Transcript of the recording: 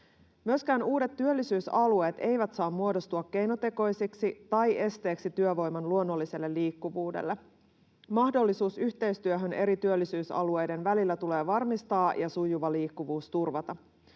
Myöskään uudet työllisyysalueet eivät saa muodostua keinotekoisiksi tai esteeksi työvoiman luonnolliselle liikkuvuudelle. Mahdollisuus yhteistyöhön eri työllisyysalueiden välillä tulee varmistaa ja sujuva liikkuvuus turvata.